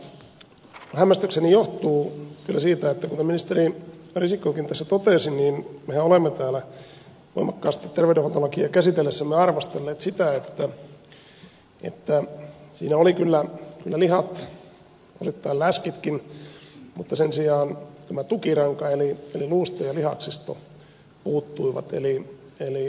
mutta hämmästykseni johtuu kyllä siitä että kuten ministeri risikkokin tässä totesi niin mehän olemme täällä voimakkaasti terveydenhuoltolakia käsitellessämme arvostelleet sitä että siinä oli kyllä lihat osittain läskitkin mutta sen sijaan tukiranka eli luusto ja lihaksisto puuttuivat eli